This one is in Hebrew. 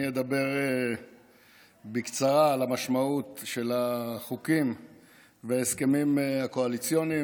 אני אדבר בקצרה על המשמעות של החוקים וההסכמים הקואליציוניים,